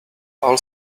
all